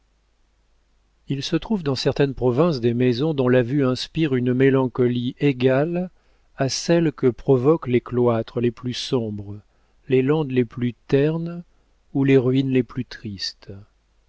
il se trouve dans certaines provinces des maisons dont la vue inspire une mélancolie égale à celle que provoquent les cloîtres les plus sombres les landes les plus ternes ou les ruines les plus tristes